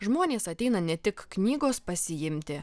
žmonės ateina ne tik knygos pasiimti